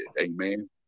Amen